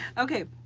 ok,